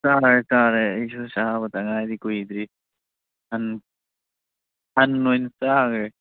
ꯆꯥꯔꯦ ꯆꯥꯔꯦ ꯑꯩꯁꯨ ꯆꯥꯕꯗ ꯉꯥꯏꯔꯤ ꯀꯨꯏꯗ꯭ꯔꯤ ꯍꯟ ꯑꯣꯏꯅ ꯆꯥꯈ꯭ꯔꯦ